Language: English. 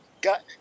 got